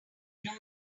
know